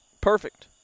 Perfect